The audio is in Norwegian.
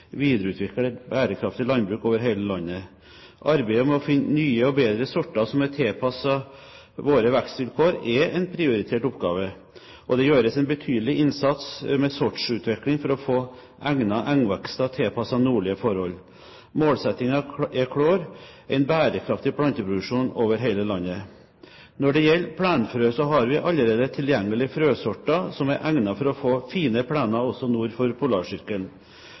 videreutvikle et bærekraftig landbruk over hele landet. Arbeidet med å finne nye og bedre sorter som er tilpasset våre vekstvilkår, er en prioritert oppgave. Det gjøres en betydelig innsats med sortsutvikling for å få egnede engvekster tilpasset nordlige forhold. Målsettingen er klar: en bærekraftig planteproduksjon over hele landet. Når det gjelder plenfrø, har vi allerede tilgjengelige frøsorter som er egnet til å få fine plener også nord for Polarsirkelen.